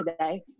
today